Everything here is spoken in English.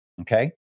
Okay